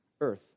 earth